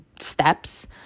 steps